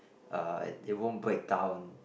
uh it it won't break down